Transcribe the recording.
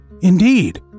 Indeed